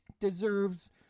deserves